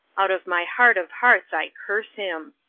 out of my heart of hearts i curse him.